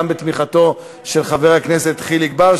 גם בתמיכתו של חבר הכנסת חיליק בר,